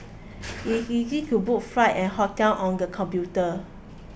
it is easy to book flights and hotels on the computer